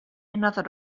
another